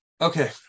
Okay